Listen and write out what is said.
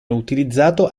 utilizzato